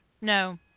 No